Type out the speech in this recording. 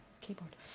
keyboard